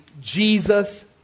Jesus